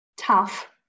Tough